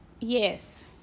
yes